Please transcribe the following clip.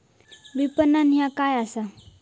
विपणन ह्या काय असा?